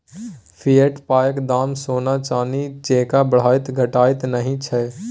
fiat पायक दाम सोना चानी जेंका बढ़ैत घटैत नहि छै